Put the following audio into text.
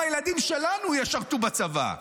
גם הילדים שלנו ישרתו בצבא,